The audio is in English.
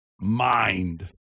Mind